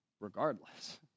Regardless